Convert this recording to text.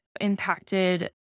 impacted